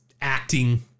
acting